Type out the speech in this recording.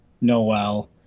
Noel